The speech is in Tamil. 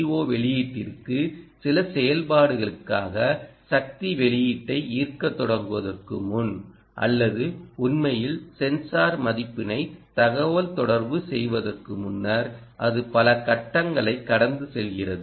ஓ வெளியீட்டிற்கு சில செயல்பாடுகளுக்காக சக்தி வெளியீட்டை ஈர்க்கத் தொடங்குவதற்கு முன் அல்லது உண்மையில் சென்சார் மதிப்பினை தகவல்தொடர்பு செய்வதற்கு முன்னர் அது பல கட்டங்களைக் கடந்து செல்கிறது